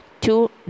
two